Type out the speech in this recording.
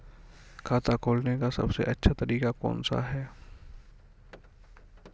खाता खोलने का सबसे अच्छा तरीका कौन सा है?